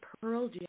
Pearl